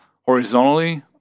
horizontally